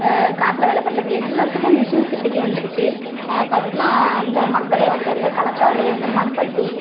காட்டில் வேலை பண்ணுறது எல்லாத்துக்கும் மிஷின்ஸ் இப்போக்கி வந்துடுச்சி ஃபர்ஸ்ட்லாம் இந்த மக்களே வந்து இந்த களக்காடு இந்த மம்பட்டி